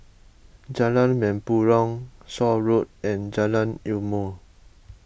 Jalan Mempurong Shaw Road and Jalan Ilmu